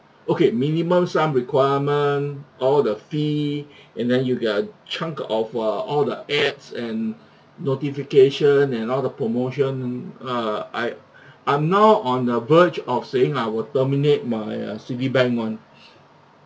okay minimum sum requirement all the fee and then you got chunk of uh all the ads and notification and all the promotion uh I I'm now on the verge of saying I would terminate my uh Citibank one